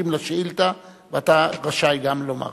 שותפים לשאילתא, ואתה רשאי גם לומר.